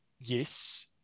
Yes